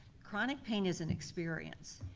chronic pain is an experience.